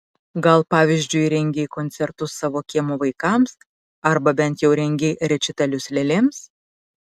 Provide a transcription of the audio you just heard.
gal pavyzdžiui rengei koncertus savo kiemo vaikams arba bent jau rengei rečitalius lėlėms